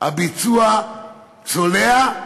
הביצוע צולע.